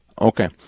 Okay